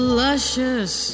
luscious